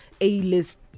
A-list